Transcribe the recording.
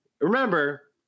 remember